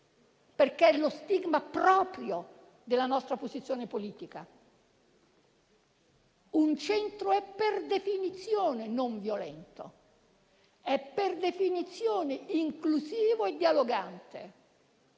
perché è lo stigma proprio della nostra posizione politica. Un centro è per definizione non violento, è per definizione inclusivo e dialogante,